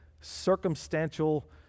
circumstantial